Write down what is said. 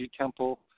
Temple